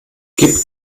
gib